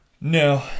No